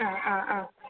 ആ ആ ആ